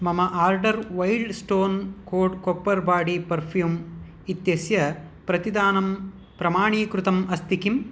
मम order Wild Stone Code Copper body perfume इत्यस्य प्रतिदानं प्रमाणीकृतम् अस्ति किम्